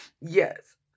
yes